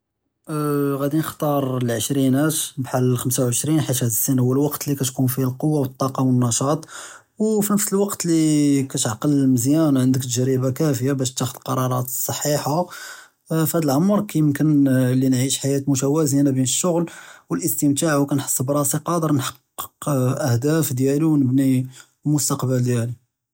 אה ראדי נכתאר אלעשְרינאת בחאל אלח׳מסה ועשרין חתה ללסתין, הו אלווקת אללי כתכון פיה אלקוה ואלטאקה ואלנשאט, ואה פי נפס אלווקת אללי כתעקל מזיאן, ענדכ תג׳ריבה כאפיה באש תאח׳ד אלקראראת אלצחיחה, פהאד אלעמר כמימכן יעיש חיאת מתואזנה בין אלשׁ׳וּע׳׳ל ואלסתמתאע, וכנחסב בראסי קאדר נחקּק אדהאף דיאלי ונבני אלמסתקבל דיאלי.